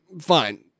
Fine